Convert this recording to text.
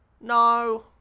No